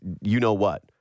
you-know-what